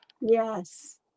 Yes